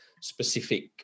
specific